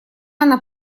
она